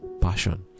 passion